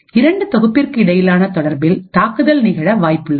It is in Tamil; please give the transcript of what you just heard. இரண்டு தொகுப்பிற்கு இடையிலான தொடர்பில் தாக்குதல்கள் நிகழ வாய்ப்புள்ளது